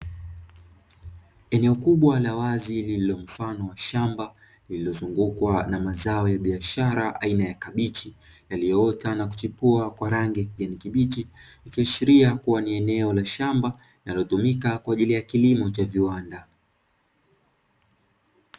Eneo kubwa la wazi lililomfano wa shamba, lililozungukwa na mazao ya biashara aina ya kabichi, yalioota na kuchipua kwa rangi ya kijani kibichi, ikiashiria kuwa ni eneo la shamba linalotumika kwa kilimo cha kiwanda.